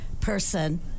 person